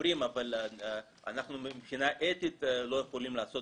הם אומרים שמבחינה אתית לא יכולים לעשות